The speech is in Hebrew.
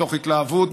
מתוך התלהבות,